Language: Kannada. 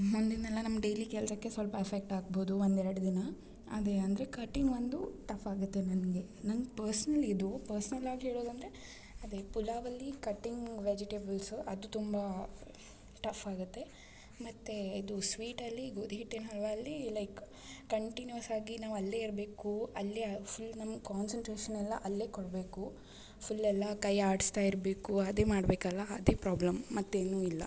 ಮುಂದಿಂದೆಲ್ಲ ನಮ್ಮ ಡೈಲಿ ಕೆಲಸಕ್ಕೆ ಸ್ವಲ್ಪ ಅಫೆಕ್ಟ್ ಆಗ್ಬೋದು ಒಂದು ಎರಡು ದಿನ ಅದೇ ಅಂದರೆ ಕಟಿಂಗ್ ಒಂದು ಟಫ್ ಆಗುತ್ತೆ ನನಗೆ ನನ್ಗೆ ಪರ್ಸ್ನಲಿ ಇದು ಪರ್ಸ್ನಲ್ಲಾಗಿ ಹೇಳೋದು ಅಂದರೆ ಪಲಾವ್ ಅಲ್ಲಿ ಕಟಿಂಗ್ ವೆಜಿಟೇಬಲ್ಸ್ ಅದು ತುಂಬ ಟಫ್ ಆಗುತ್ತೆ ಮತ್ತು ಇದು ಸ್ವೀಟಲ್ಲಿ ಗೋಧಿ ಹಿಟ್ಟಿನ ಹಲ್ವಾ ಅಲ್ಲಿ ಲೈಕ್ ಕಂಟಿನ್ಯೂಯಸ್ ಆಗಿ ನಾವು ಅಲ್ಲೇ ಇರಬೇಕು ಅಲ್ಲೇ ಫುಲ್ ನಮ್ಮ ಕಾನ್ಸಂಟ್ರೇಶನ್ ಎಲ್ಲ ಅಲ್ಲೇ ಕೊಡಬೇಕು ಫುಲ್ ಎಲ್ಲ ಕೈ ಆಡಿಸ್ತಾ ಇರ್ಬೇಕು ಅದೆ ಮಾಡ್ಬೇಕಲ್ಲ ಅದೇ ಪ್ರಾಬ್ಲಮ್ ಮತ್ತು ಏನು ಇಲ್ಲ